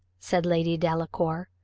said lady delacour,